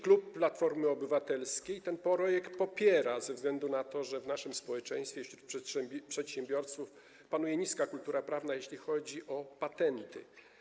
Klub Platformy Obywatelskiej ten projekt popiera ze względu na to, że w naszym społeczeństwie, wśród przedsiębiorców panuje niska kultura prawna, jeśli chodzi o patenty.